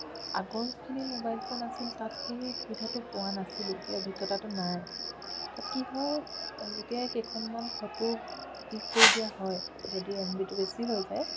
আগৰ যিখিনি mobile phone আছিল তাত সেই অসুবিধাটো পোৱা নাছিলোঁ এই অভিজ্ঞতাটো নাই তাত কি হয় যেতিয়াই কেইখনমান ফটো ক্লিক কৰি দিয়া হয় যদি এম বিটো বেছি হৈ যায়